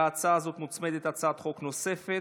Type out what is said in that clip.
להצעה הזאת מוצמדת הצעת חוק נוספת,